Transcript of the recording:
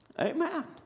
Amen